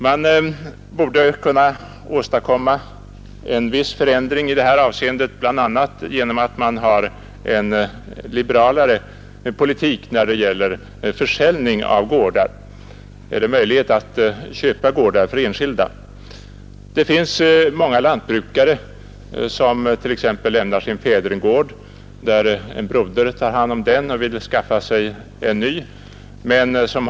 Man borde kunna åstadkomma en viss förändring i det avseendet genom en liberalare politik när det gäller försäljning av gårdar till enskilda. Det finns många lantbrukare som har bott på en fädernegård som kanske en broder sedan tar hand om.